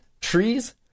trees